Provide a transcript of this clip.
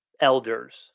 elders